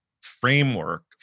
framework